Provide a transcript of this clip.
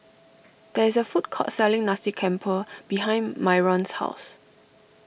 there is a food court selling Nasi Campur behind Myron's house